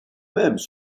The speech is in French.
mêmes